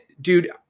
dude